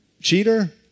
cheater